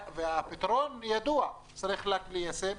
והפתרון ידוע, צריך רק ליישם.